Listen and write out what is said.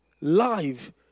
Live